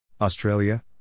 Australia